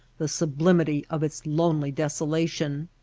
the sub limity of its lonely desolation!